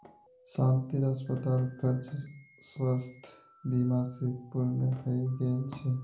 शांतिर अस्पताल खर्च स्वास्थ बीमा स पूर्ण हइ गेल छ